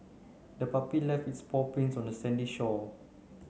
the puppy left its paw prints on the sandy shore